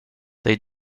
they